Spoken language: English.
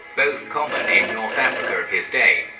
both common in north africa of his day,